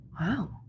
Wow